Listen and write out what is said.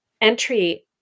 entry